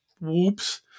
Whoops